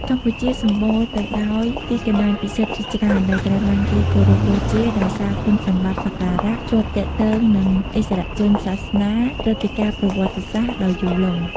កម្ពុជាសម្បូរទៅដោយទីកន្លែងពិសិដ្ឋជាច្រើន ដែលត្រូវបានគេគោរពបូជាដោយសារគុណសម្បត្តិសក្ការៈ ជាប់ទាក់ទងនឹងឥស្សរជនសាសនា ព្រឹត្តិការណ៍ប្រវត្តិសាស្ត្រ ដ៏យូរលង់។